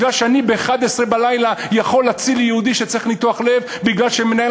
מכיוון שאני ב-23:00 יכול להציל יהודי שצריך ניתוח לב כי מנהל